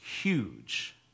huge